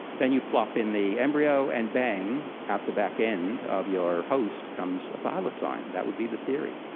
then you plop in the embryo, and, bang, out the back end of your host comes a thylacine, that would be the theory.